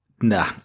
Nah